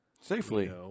safely